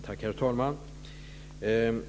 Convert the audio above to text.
Herr talman!